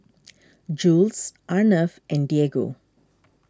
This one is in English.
Jules Arnav and Diego